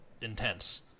intense